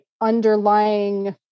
underlying